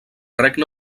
regne